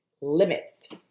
limits